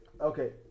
Okay